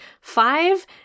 five